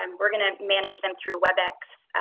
um we're going to manage them through webex.